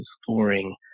scoring